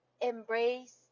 embrace